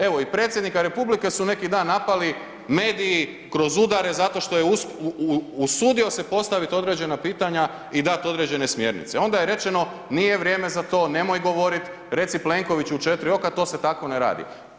Evo, i predsjednika republike su neki dan napali mediji kroz udare zato što je usudio se postavit određena pitanja i dat određene smjernice, onda je rečeno nije vrijeme za to, nemoj govorit, reci Plenkoviću u 4 oka to se tako ne radi.